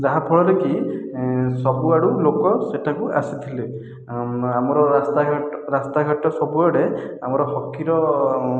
ଯାହାଫଳରେ କି ସବୁଆଡ଼ୁ ଲୋକ ସେଠାକୁ ଆସିଥିଲେ ଆମର ରାସ୍ତାଘାଟ ସବୁଆଡ଼େ ଆମର ହକିର